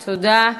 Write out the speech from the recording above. תודה.